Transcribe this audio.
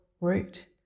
root